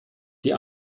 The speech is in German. die